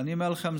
ואני אומר לכם,